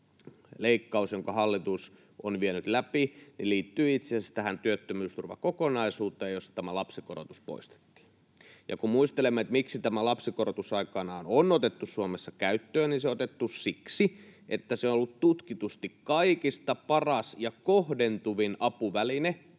leikkaus, jonka hallitus on vienyt läpi, liittyy itse asiassa tähän työttömyysturvakokonaisuuteen, josta tämä lapsikorotus poistettiin. Ja kun muistelemme, miksi tämä lapsikorotus aikanaan on otettu Suomessa käyttöön, niin se on otettu siksi, että se on ollut tutkitusti kaikista paras ja kohdentuvin apuväline